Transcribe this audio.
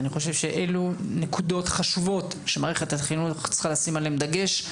אני חושב שאלו נקודות חשובות שמערכת החינוך צריכה לשים עליהן דגש,